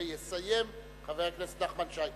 ויסיים חבר הכנסת נחמן שי.